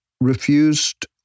refused